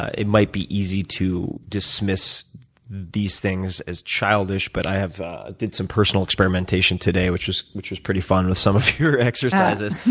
it might be easy to dismiss these things as childish. but i did some personal experimentation today, which was which was pretty fun, with some of your exercises.